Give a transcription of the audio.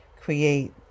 create